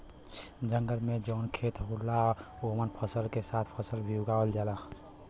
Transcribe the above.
जंगल में जौन खेत होला ओमन फसल के साथ फल भी उगावल जाला